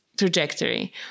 trajectory